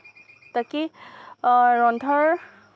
ৰন্ধাৰ সঁজুলি